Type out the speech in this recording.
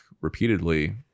repeatedly